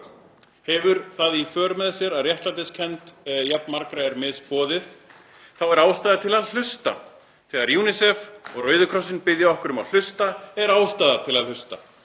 hefur það í för með sér að réttlætiskennd jafn margra er misboðið, þá er ástæða til að hlusta. Þegar UNICEF og Rauði krossinn biðja okkur að hlusta er ástæða til að hlusta,